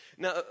Now